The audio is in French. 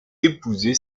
épousée